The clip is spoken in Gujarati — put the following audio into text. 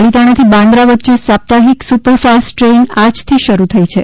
પાલીતાણાથી બાંદ્રા વચ્ચે સાપ્તાહિક સુપરફાસ્ટ ટ્રેન આજથી શરૂ થઈ છે